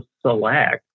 select